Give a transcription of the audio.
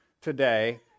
today